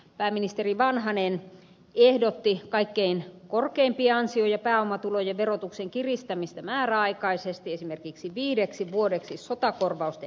pääministeri vanhanen ehdotti kaikkein korkeimpien ansio ja pääomatulojen verotuksen kiristämistä määräaikaisesti esimerkiksi viideksi vuodeksi sotakorvausten hengessä